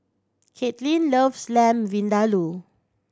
Caitlynn loves Lamb Vindaloo